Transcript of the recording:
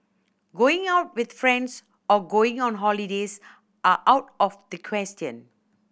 going out with friends or going on holidays are out of the question